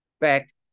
Back